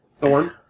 thorn